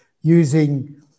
using